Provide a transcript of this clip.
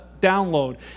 download